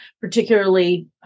particularly